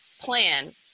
plan